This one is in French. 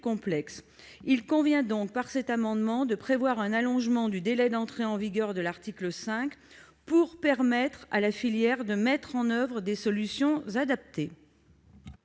de matières multiples. Cet amendement vise donc un allongement du délai d'entrée en vigueur de l'article 5, pour permettre à la filière de mettre en oeuvre des solutions adaptées.